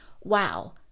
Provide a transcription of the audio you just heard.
wow